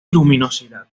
luminosidad